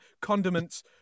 condiments